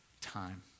Time